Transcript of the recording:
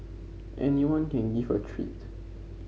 anyone can give a treat